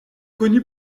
connue